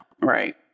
right